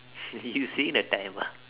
you seeing the time ah